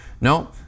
no